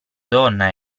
donna